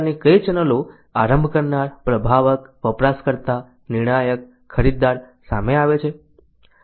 સંચારની કઈ ચેનલો આરંભ કરનાર પ્રભાવક વપરાશકર્તા નિર્ણાયક ખરીદદાર સામે આવે છે